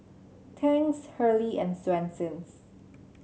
Tangs Hurley and Swensens